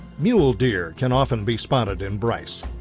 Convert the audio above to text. mule deer can often be spotted in bryce.